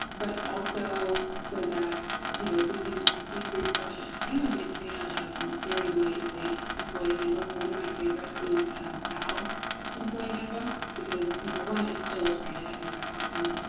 but also so that you know we can decrease friction. i'm a big fan of very lightweight employee handbooks. one of my favorites is valves employee handbook, because, number one, it's illustrated. i think that's awesome.